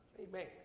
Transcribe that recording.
Amen